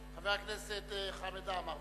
חבר הכנסת חמד עמאר,